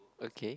okay